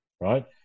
right